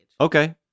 Okay